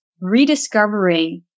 rediscovering